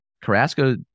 Carrasco